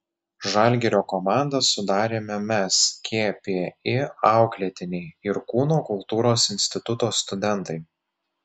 žalgirio komandą sudarėme mes kpi auklėtiniai ir kūno kultūros instituto studentai